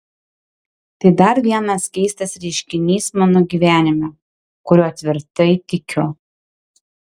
tai dar vienas keistas reiškinys mano gyvenime kuriuo tvirtai tikiu